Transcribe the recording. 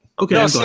Okay